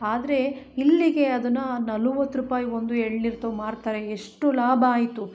ಆದರೆ ಇಲ್ಲಿಗೆ ಅದನ್ನ ನಲವತ್ತು ರೂಪಾಯಿ ಒಂದು ಎಳನೀರ್ದು ಮಾರ್ತಾರೆ ಎಷ್ಟು ಲಾಭ ಆಯಿತು